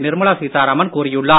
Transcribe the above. நிர்மலா சீத்தாராமன் கூறியுள்ளார்